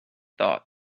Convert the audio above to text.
thought